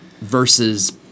versus